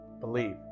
Believe